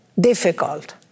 difficult